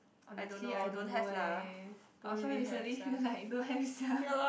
honestly I don't know eh I also recently feel like don't have sia